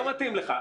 לא מתאים לך.